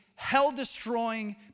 Hell-destroying